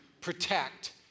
protect